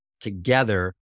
together